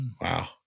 Wow